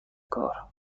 کار